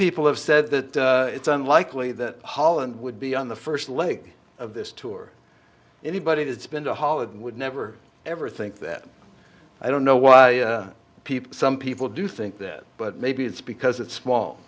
people have said that it's unlikely that holland would be on the first leg of this tour anybody that's been to holland would never ever think that i don't know why people some people do think that but maybe it's because it's small